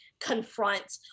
confront